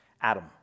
Adam